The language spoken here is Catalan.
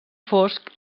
fosc